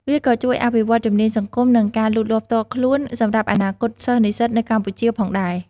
វាក៏ជួយអភិវឌ្ឍជំនាញសង្គម និងការលូតលាស់ផ្ទាល់ខ្លួនសម្រាប់អនាគតសិស្សនិស្សិតនៅកម្ពុជាផងដែរ។